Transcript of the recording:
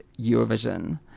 Eurovision